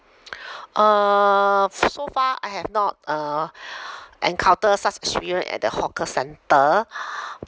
uh so far I have not uh encounter such experience at the hawker centre